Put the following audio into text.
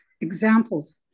examples